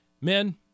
Men